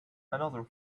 another